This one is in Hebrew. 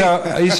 רוברט טיבייב,